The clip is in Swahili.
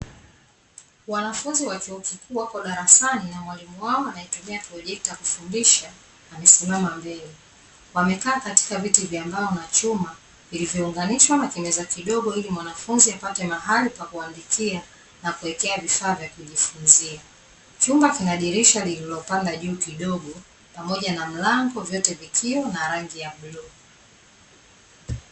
Wanafunzi wa chuo kikuu wako darasani na mwalimu wao anayetumia projekta kufundisha, amesimama mbele. Wamekaa katika viti vya mbao na chuma, vilivyounganishwa na kimeza kidogo ili mwanafunzi apatee mahali pa kuandikia na kuwekea vifaa vya kujifunzia. Chumba kina dirisha lililopanda juu kidogo pamoja na mlango vyote vikiwa na rangi ya bluu.